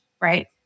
right